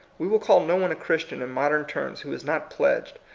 we will call no one a christian in modern terms who is not pledged,